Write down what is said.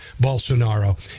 Bolsonaro